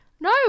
no